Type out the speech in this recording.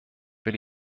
will